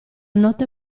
notte